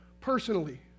personally